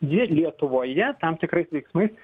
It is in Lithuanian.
ji lietuvoje tam tikrais veiksmais